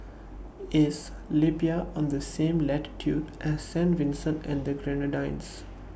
IS Libya on The same latitude as Saint Vincent and The Grenadines